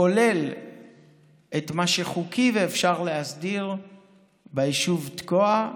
כולל את מה שחוקי ואפשר להסדיר ביישוב תקוע,